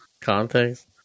context